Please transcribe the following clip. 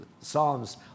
Psalms